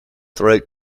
throat